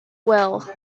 will